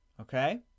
Okay